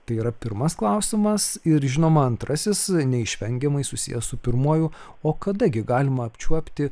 tai yra pirmas klausimas ir žinoma antrasis neišvengiamai susijęs su pirmuoju o kada gi galima apčiuopti